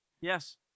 Yes